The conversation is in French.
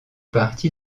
partie